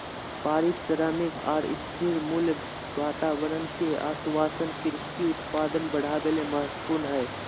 पारिश्रमिक आर स्थिर मूल्य वातावरण के आश्वाशन कृषि उत्पादन बढ़ावे ले महत्वपूर्ण हई